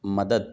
مدد